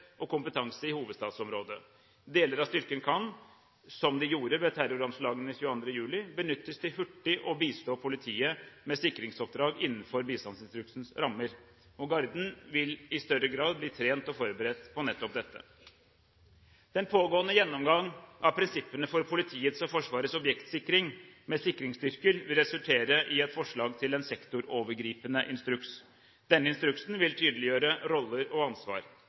og kompetanse i hovedstadsområdet. Deler av styrken kan, som de gjorde ved terroranslagene 22. juli, benyttes til hurtig å bistå politiet med sikringsoppdrag innenfor bistandsinstruksens rammer. Garden vil i større grad bli trent og forberedt på nettopp dette. Den pågående gjennomgang av prinsippene for politiets og Forsvarets objektsikring med sikringsstyrker vil resultere i et forslag til en sektorovergripende instruks. Denne instruksen vil tydeliggjøre roller og ansvar.